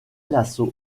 l’assaut